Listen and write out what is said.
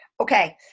Okay